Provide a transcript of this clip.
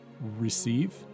receive